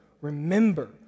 remember